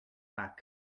back